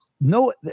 No